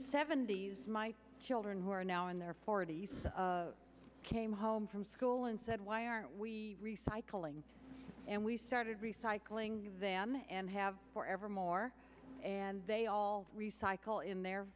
seventy's my children who are now in their forty's came home from school and said why aren't we recycling and we started recycling the van and have for ever more and they all recycle in their